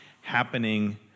happening